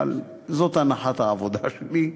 אבל זאת הנחת העבודה שלי,